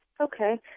Okay